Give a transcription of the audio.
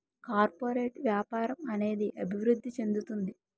corporate వ్యాపారం అనేది అభివృద్ధి చెందుతుంది